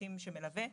המשפטים שמלווה.